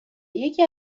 یکی